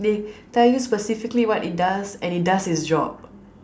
they tell you specifically what it does and it does it's job